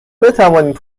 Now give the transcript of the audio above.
بتوانید